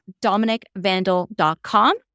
dominicvandal.com